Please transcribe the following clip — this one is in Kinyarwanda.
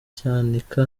cyanika